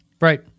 right